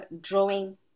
drawing